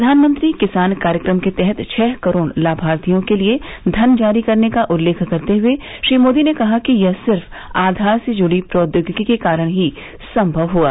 प्रधानमंत्री किसान कार्यक्रम के तहत छह करोड लाभार्थियों के लिए धन जारी करने का उल्लेख करते हुए श्री मोदी ने कहा कि यह सिर्फ आधार से जुड़ी प्रौद्योगिकी के कारण ही संभव हुआ